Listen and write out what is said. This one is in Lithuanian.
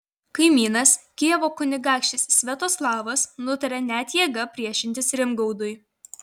kaimynas kijevo kunigaikštis sviatoslavas nutarė net jėga priešintis rimgaudui